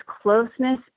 closeness